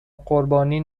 قربانی